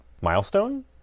milestone